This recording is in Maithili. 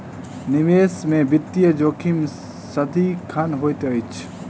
निवेश में वित्तीय जोखिम सदिखन होइत अछि